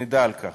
נדע על כך